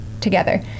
together